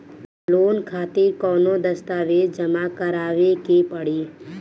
Loan खातिर कौनो दस्तावेज जमा करावे के पड़ी?